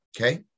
Okay